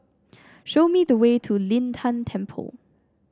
show me the way to Lin Tan Temple